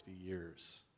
years